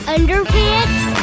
Underpants